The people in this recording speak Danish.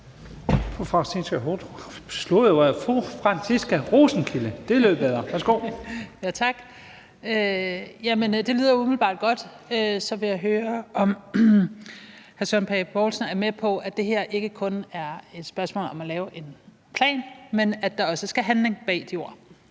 Franciska Rosenkilde (ALT): Tak. Jamen det lyder umiddelbart godt. Så vil jeg høre, om hr. Søren Pape Poulsen er med på, at det her ikke kun er et spørgsmål om at lave en plan, men at der også skal handling bag de ord.